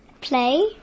play